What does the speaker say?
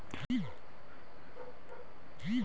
RTGS एवं NEFT में क्या अंतर है?